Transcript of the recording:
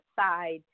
side